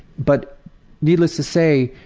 but needless to say,